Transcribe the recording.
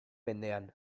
mendean